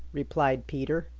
replied peter.